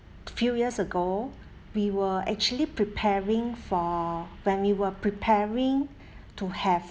few years ago we were actually preparing for when we were preparing to have